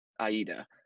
Aida